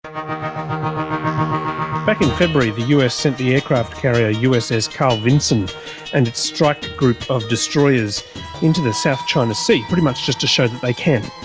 um back in february the us sent the aircraft carrier uss carl vinson and its strike group of destroyers into the south china sea, pretty much just to show that they can.